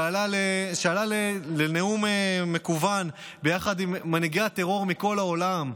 שעלה לנאום מקוון ביחד עם מנהיגי הטרור מכל העולם,